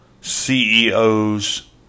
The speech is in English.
CEOs